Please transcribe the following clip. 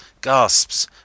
gasps